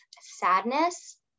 sadness